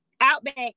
Outback